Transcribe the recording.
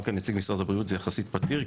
כאן נציג משרד הבריאות זה יחסית פתיר,